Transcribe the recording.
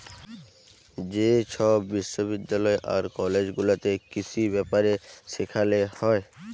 যে ছব বিশ্ববিদ্যালয় আর কলেজ গুলাতে কিসি ব্যাপারে সেখালে হ্যয়